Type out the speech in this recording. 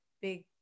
big